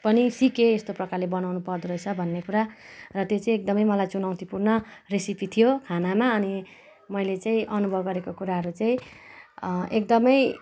पनि सिकेँ यस्तो प्रकारले बनाउनु पर्दोरहेछ भन्ने कुरा र त्यो चाहिँ एकदमै मलाई चुनौतीपूर्ण रेसेपी थियो खानामा अनि मैले चाहिँ अनुभव गरेको कुराहरू चाहिँ एकदमै